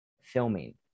filming